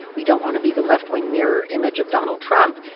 we don't want to be the left-wing mirror image of donald trump.